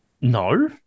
No